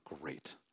great